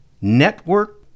network